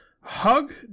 Hug